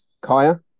Kaya